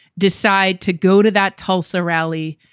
decide to go to that tulsa rally,